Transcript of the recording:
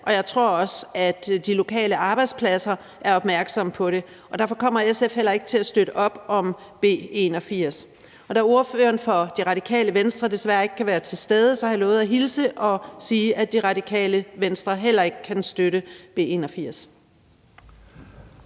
og jeg tror også, at de lokale arbejdspladser er opmærksomme på det. Derfor kommer SF heller ikke til at støtte op om beslutningsforslag B 81. Da ordføreren for Radikale Venstre desværre ikke kan være til stede, har jeg lovet at hilse og sige, at Radikale Venstre heller ikke kan støtte